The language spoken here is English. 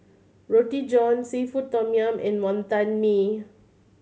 Roti John seafood tom yum and Wantan Mee